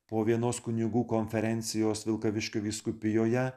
po vienos kunigų konferencijos vilkaviškių vyskupijoje